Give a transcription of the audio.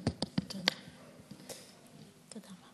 תודה רבה.